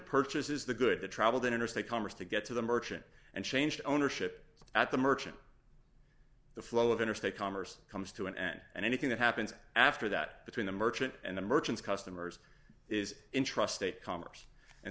purchases the good the traveled in interstate commerce to get to the merchant and changed ownership at the merchant the flow of interstate commerce comes to an end and anything that happens after that between the merchant and the merchants customers is in trust state commerce and